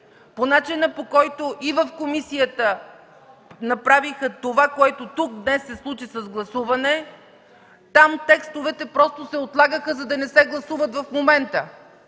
по начина, по който и в комисията направиха това, което днес тук се случи с гласуване, там текстовете просто се отлагаха, за да не се гласуват в момента,